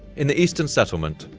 in the eastern settlement,